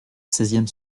seizième